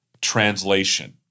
translation